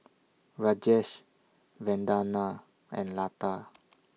Rajesh Vandana and Lata